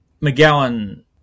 McGowan